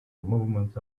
movement